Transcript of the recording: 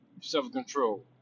self-control